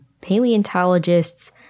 paleontologists